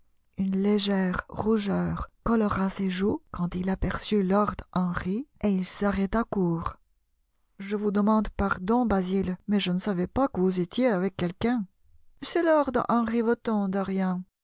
une légère rougeur colora ses joues quand il aperçut lord henry et il s'arrêta court je vous demande pardon basil mais je ne savais pas que vous étiez avec quelqu'un c'est lord henry wotton dorian un de mes